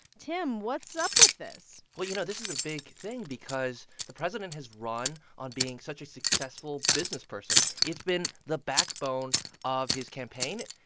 tim, what's up with this? well, you know, this is a big thing because the president has run on being such a successful businessperson. it's been the backbone of his campaign,